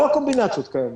כל הקומבינציות קיימות.